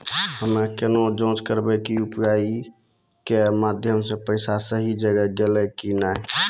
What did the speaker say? हम्मय केना जाँच करबै की यु.पी.आई के माध्यम से पैसा सही जगह गेलै की नैय?